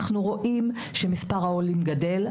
אנו רואים שמספר העולים גדל,